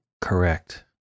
Correct